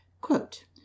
Quote